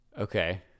Okay